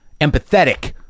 empathetic